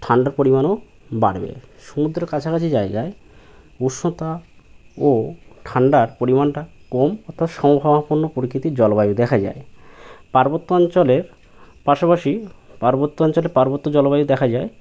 ঠান্ডার পরিমাণও বাড়বে সমুদ্রর কাছাকাছি জায়গায় উষ্ণতা ও ঠান্ডার পরিমাণটা কম অর্থাৎ সমভাবাপন্ন প্রকৃতির জলবায়ু দেখা যায় পার্বত্য অঞ্চলে পাশাপাশি পার্বত্য অঞ্চলে পার্বত্য জলবায়ু দেখা যায়